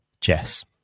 Jess